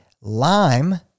Lime